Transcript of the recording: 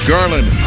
Garland